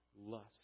lust